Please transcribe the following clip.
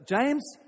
James